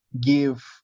give